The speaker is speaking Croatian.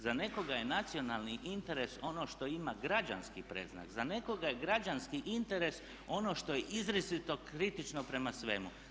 Za nekoga je nacionalni interes ono što ima građanski predznak, za nekoga je građanski interes ono što je izričito kritično prema svemu.